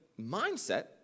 mindset